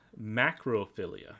Macrophilia